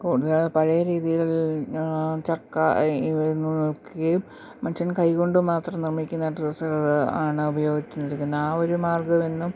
കൂടുതൽ പഴയ രീതിയിലുൾ ചർക്ക നിൽക്കുകയും മനുഷ്യൻ കൈ കൊണ്ടു മാത്രം നിർമ്മിക്കുന്ന ഡ്രസ്സുകൾ ആണ് ഉപയോഗിക്കുന്നിരിക്കുന്നത് ആ ഒരു മാർഗ്ഗമിന്നും